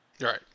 Right